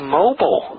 mobile